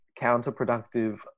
counterproductive